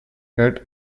head